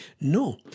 No